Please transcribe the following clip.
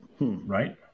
Right